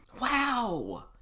wow